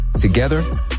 Together